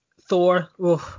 thor